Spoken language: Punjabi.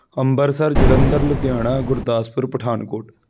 ਅੰਮ੍ਰਿਤਸਰ ਜਲੰਧਰ ਲੁਧਿਆਣਾ ਗੁਰਦਾਸਪੁਰ ਪਠਾਨਕੋਟ